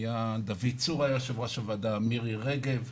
כשדוד צור היה יושב-ראש הוועדה, גם אצל מירי רגב.